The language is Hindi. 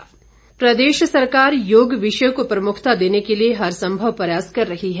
सुरेश भारद्वाज प्रदेश सरकार योग विषय को प्रमुखता देने के लिए हरंसभव प्रयास कर रही है